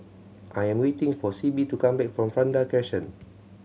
I am waiting for Sibbie to come back from Vanda Crescent